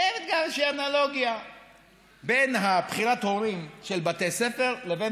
קיימת גם איזושהי אנלוגיה בין בחירת ההורים בבתי ספר לבין